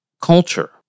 culture